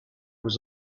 was